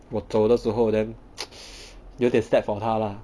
我走的时候 then 有点 sad for 他 lah